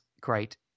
Great